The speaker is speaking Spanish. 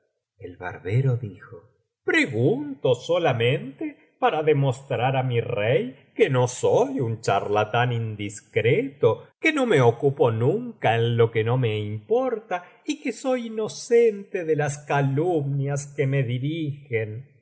el barbero dijo pregunto solamente para demostrar á mi rey que no soy un charlatán indiscreto que no me ocupo nunca en lo que no me importa y que soy inocente de las calumnias que me dirigen